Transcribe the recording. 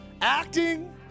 acting